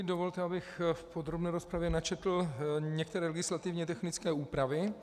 Dovolte, abych v podrobné rozpravě načetl některé legislativně technické úpravy.